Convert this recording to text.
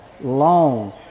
long